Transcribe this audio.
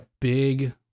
big